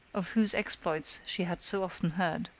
of whose exploits she had so often heard.